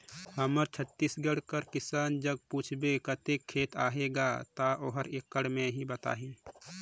हमर छत्तीसगढ़ कर किसान जग पूछबे कतेक खेत अहे गा, ता ओहर एकड़ में ही बताही